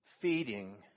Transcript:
feeding